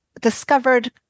discovered